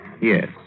Yes